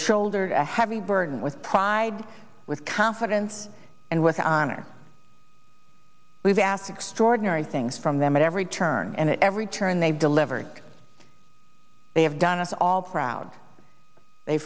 shouldered a heavy burden with pride with confidence and with honor we've asked extraordinary things from them at every turn and at every turn they've delivered they have done us all proud they